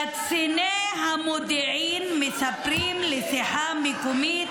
קציני מודיעין מספרים ל'שיחה מקומית'